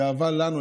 גאווה לנו,